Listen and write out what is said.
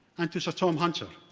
and to sir tom hunter,